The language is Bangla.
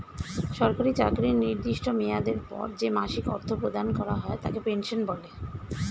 সরকারি চাকরির নির্দিষ্ট মেয়াদের পর যে মাসিক অর্থ প্রদান করা হয় তাকে পেনশন বলে